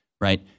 right